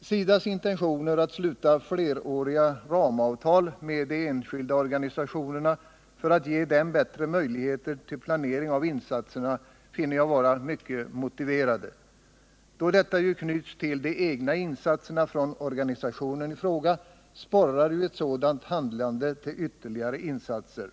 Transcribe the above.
SIDA:s intentioner att sluta fleråriga ramavtal med de enskilda organisationerna för att ge dem bättre möjligheter till planering av insatserna finner jag vara mycket motiverade. Då detta ju knyts till de egna insatserna från organisationerna i fråga sporrar ett sådant handlande till ytterligare insatser.